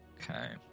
Okay